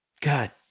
God